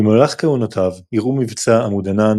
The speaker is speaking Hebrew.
במהלך כהונותיו אירעו מבצע עמוד ענן,